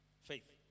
faith